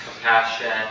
compassion